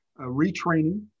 retraining